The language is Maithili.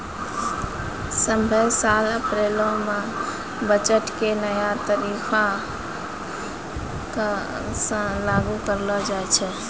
सभ्भे साल अप्रैलो मे बजट के नया तरीका से लागू करलो जाय छै